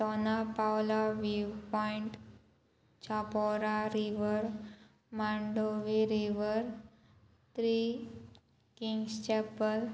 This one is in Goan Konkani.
Dona Paula view point Chapora river Mandovi river Three Kings chapel